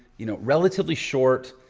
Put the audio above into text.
you know, relatively short,